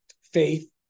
faith